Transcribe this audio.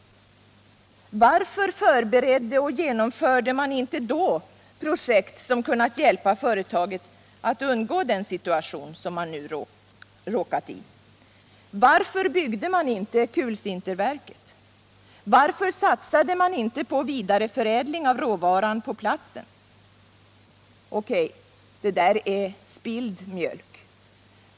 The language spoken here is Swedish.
Varför förberedde och genomförde man inte då projekt som kunde ha hjälpt företaget att undgå den situation som man nu råkat i? Varför byggde man inte kulsinterverket? Varför satsade man inte på vidareförädling av råvaran på platsen? O.K., det där är spilld mjölk.